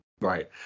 right